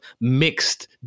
mixed